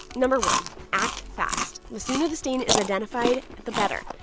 no. one act fast. the sooner the stain is identified, the better.